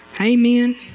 Amen